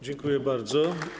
Dziękuję bardzo.